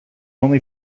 only